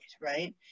Right